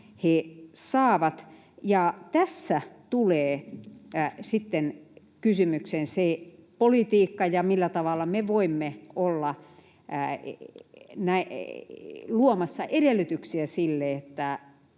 Tässä tulee sitten kysymykseen se politiikka ja millä tavalla me voimme olla luomassa edellytyksiä sille, että